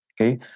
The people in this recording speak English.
Okay